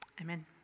Amen